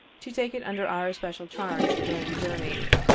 to take it under our especial charge during the journey.